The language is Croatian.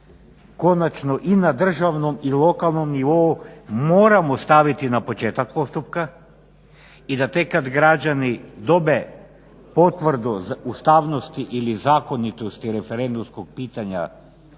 konačno i na državnom i lokalnom nivou moramo staviti na početak postupka i da tek kad građani dobe potvrdu ustavnosti ili zakonitosti referendumskog pitanja